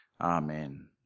Amen